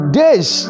days